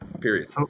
period